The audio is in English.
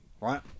right